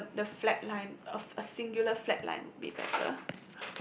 the the the flat line of a singular flat line would be better